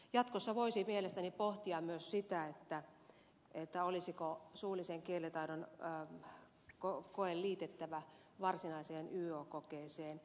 jatkossa voisi mielestäni pohtia myös sitä olisiko suullisen kielitaidon koe liitettävä varsinaiseen yo kokeeseen